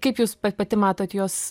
kaip jūs pa pati matot jos